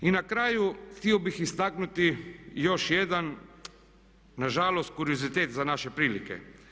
I na kraju, htio bih istaknuti još jedan na žalost kuriozitet za naše prilike.